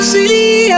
City